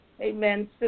amen